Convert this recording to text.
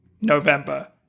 November